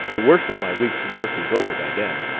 the worst of my week's work is over by then.